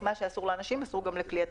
מה שאסור לאנשים אסור גם לכלי הטיס.